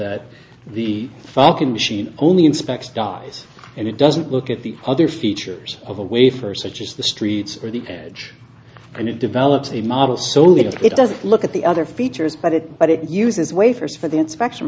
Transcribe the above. that the falcon machine only inspects dies and it doesn't look at the other features of a way first such as the streets or the edge and it develops a model so little it doesn't look at the other features but it but it uses wafers for the inspection